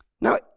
Now